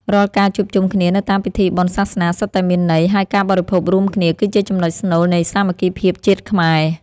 រាល់ការជួបជុំគ្នានៅតាមពិធីបុណ្យសាសនាសុទ្ធតែមានន័យ ហើយការបរិភោគរួមគ្នា គឺជាចំណុចស្នូលនៃសាមគ្គីភាពជាតិខ្មែរ។